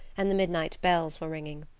and the midnight bells were ringing.